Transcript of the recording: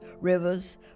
rivers